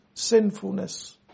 sinfulness